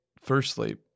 Firstly